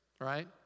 right